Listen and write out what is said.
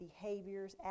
behaviors